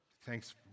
Thanks